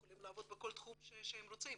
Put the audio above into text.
הם יכולים לעבוד בכל תחום שהם רוצים.